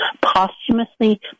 posthumously